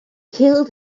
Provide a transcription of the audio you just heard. killed